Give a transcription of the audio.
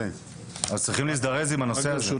אז צריכים להזדרז עם הנושא הזה.